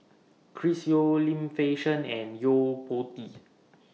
Chris Yeo Lim Fei Shen and Yo Po Tee